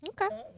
Okay